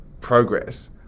progress